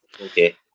Okay